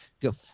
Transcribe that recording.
go